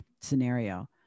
scenario